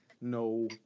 No